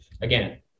Again